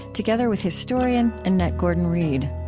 together with historian annette gordon-reed